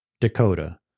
Dakota